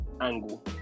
angle